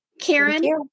Karen